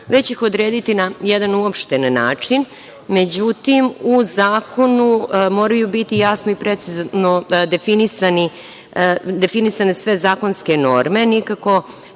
već ih odrediti na jedan uopšten način.Međutim, u zakonu moraju biti jasno i precizno definisane sve zakonske norme, nikako